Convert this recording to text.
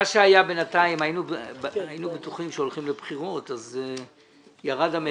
היינו בטוחים שהולכים לבחירות והמתח ירד.